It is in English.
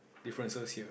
differences here